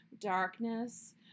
darkness